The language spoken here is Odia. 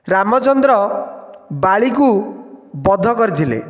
ରାମଚନ୍ଦ୍ର ବାଳୀକୁ ବଧ କରିଥିଲେ